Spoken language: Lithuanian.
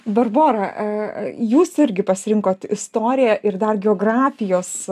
barbora aaa jūs irgi pasirinkot istoriją ir dar geografijos